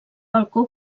balcó